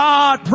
God